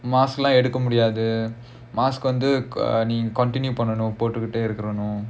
mask எடுக்க கூடாது:edukka kudaathu mask நீங்க:neenga continue பண்ணனும் போட்டுக்கிட்டே இருக்கனும்:pannanum pottukittae irukkanum